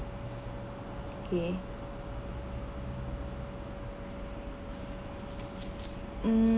okay um